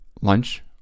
lunch